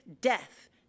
death